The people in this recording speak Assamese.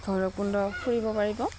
ভৈৰৱকুণ্ড ফুৰিব পাৰিব